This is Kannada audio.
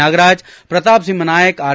ನಾಗರಾಜ್ ಪ್ರತಾಪ್ ಸಿಂಪ ನಾಯಕ್ ಆರ್